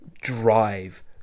drive